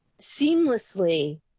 seamlessly